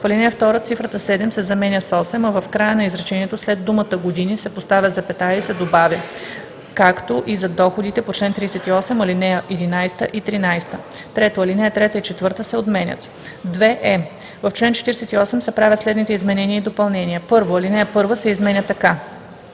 В ал. 2 цифрата „7“ се заменя с „8“, а в края на изречението, след думата „години“ се поставя запетая и се добавя „както и за доходите по чл. 38, ал. 11 и 13.“ 3. Алинеи 3 и 4 се отменят. 2е. В чл. 48 се правят следните изменения и допълнения: 1. Алинея 1 се изменя така: